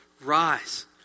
rise